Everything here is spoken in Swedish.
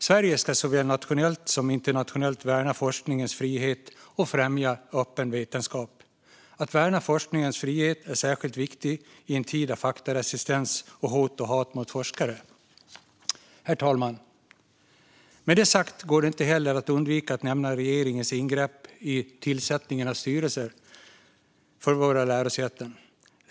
Sverige ska såväl nationellt som internationellt värna forskningens frihet och främja öppen vetenskap. Att värna forskningens frihet är särskilt viktigt i en tid av faktaresistens och hot och hat mot forskare. Herr talman! Med detta sagt går det inte heller att undvika att nämna regeringens ingrepp i tillsättningen av styrelser för våra lärosäten.